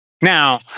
Now